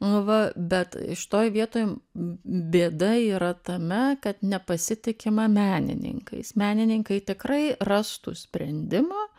nu va bet šitoj vietoj bėda yra tame kad nepasitikima menininkais menininkai tikrai rastų sprendimą